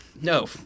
No